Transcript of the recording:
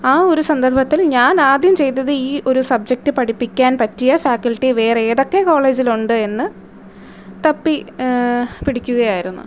ആ ഒരു സന്ദർഭത്തിൽ ഞാൻ ആദ്യം ചെയ്തത് ഈ ഒര് സബ്ജെക്റ്റ് പഠിപ്പിക്കാൻ പറ്റിയ ഫാക്കൽറ്റി വേറെ ഏതൊക്കെ കോളേജിൽ ഉണ്ട് എന്ന് തപ്പി പിടിക്കുകയായിരുന്നു